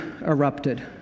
erupted